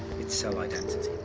its cell identity.